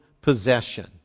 possession